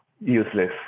useless